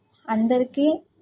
అందరికీ